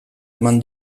eman